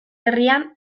herrian